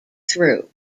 through